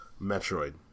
Metroid